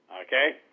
Okay